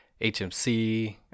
HMC